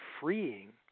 freeing